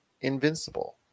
Invincible